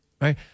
right